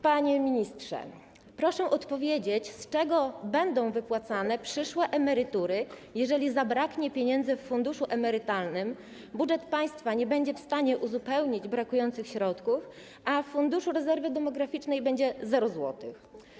Panie ministrze, proszę odpowiedzieć: Z czego będą wypłacane przyszłe emerytury, jeżeli zabraknie pieniędzy w funduszu emerytalnym, budżet państwa nie będzie w stanie uzupełnić brakujących środków, a w Funduszu Rezerwy Demograficznej będzie 0 zł?